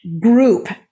group